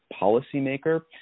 policymaker